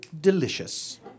delicious